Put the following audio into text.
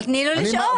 אבל תני לו לשאול.